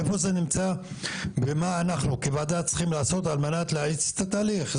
איפה זה נמצא ומה אנחנו כוועדה צריכים לעשות על מנת להאיץ את התהליך?